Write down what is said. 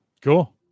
Cool